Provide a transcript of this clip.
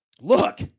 look